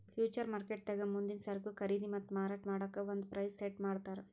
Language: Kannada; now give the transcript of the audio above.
ಫ್ಯೂಚರ್ ಮಾರ್ಕೆಟ್ದಾಗ್ ಮುಂದಿನ್ ಸರಕು ಖರೀದಿ ಮತ್ತ್ ಮಾರಾಟ್ ಮಾಡಕ್ಕ್ ಒಂದ್ ಪ್ರೈಸ್ ಸೆಟ್ ಮಾಡ್ತರ್